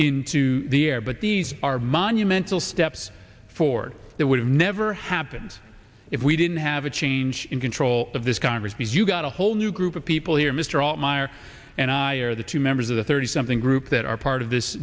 into the air but these are monumental steps forward that would have never happens if we didn't have a change in control of this congress because you've got a whole new group of people here mr meyer and i are the two members of the thirty something group that are part of this